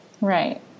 Right